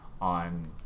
on